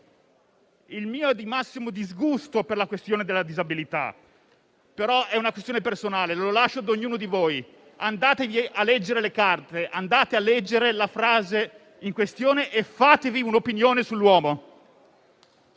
il mio è di massimo disgusto per la questione della disabilità, però è una questione personale. Lo lascio a ognuno di voi; andate a leggervi le carte, andate a leggere la frase in questione e fatevi un'opinione sull'uomo.